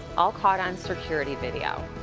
all caught on security video.